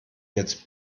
jetzt